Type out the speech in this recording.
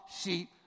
sheep